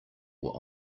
were